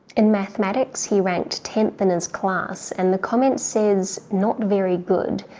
in mathematics he ranked tenth and in his class and the comment says not very good.